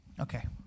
Okay